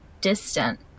distant